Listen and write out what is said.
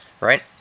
right